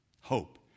Hope